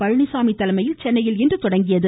பழனிசாமி தலைமையில் சென்னையில் இன்று தொடங்கியது